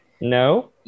No